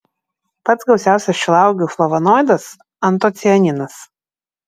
pats gausiausias šilauogių flavonoidas antocianinas